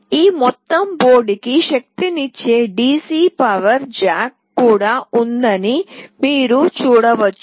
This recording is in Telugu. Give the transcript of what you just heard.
ఈ మొత్తం బోర్డ్కు శక్తినిచ్చే DC పవర్ జాక్ కూడా ఉందని మీరు చూడవచ్చు